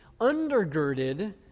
undergirded